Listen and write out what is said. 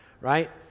Right